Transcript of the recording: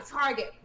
Target